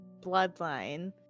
bloodline